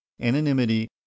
anonymity